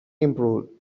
improved